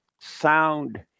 sound